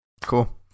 Cool